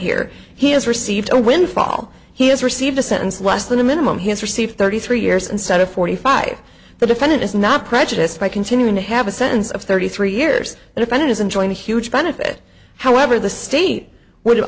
here he has received a windfall he has received a sentence less than the minimum he has received thirty three years instead of forty five the defendant is not prejudiced by continuing to have a sentence of thirty three years and if it is enjoying huge benefit however the state would